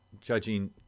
judging